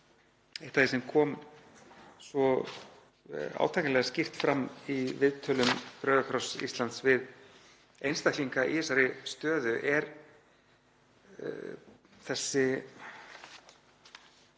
því sem kom svo átakanlega skýrt fram í viðtölum Rauða krossins á Íslandi við einstaklinga í þessari stöðu er þessi